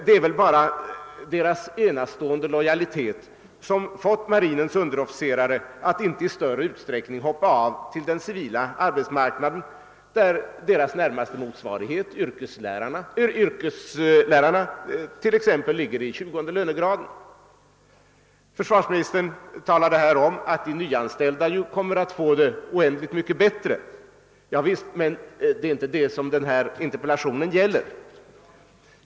Det är väl bara deras enastående lojalitet som förmått marinens underofficerare att inte i större utsträckning hoppa av till den civila arbetsmarknaden, där deras närmaste motsvarigheter, t.ex. yrkeslärarna, ligger i 20 lönegraden. Försvarsministern talade här om att de nyanställda kommer att få det oändligt mycket bättre. Ja visst, men det är inte detta som min interpellation gäller.